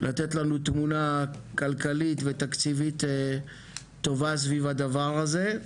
לתת לנו תמונה כלכלית ותקציבית טובה סביב הדבר הזה.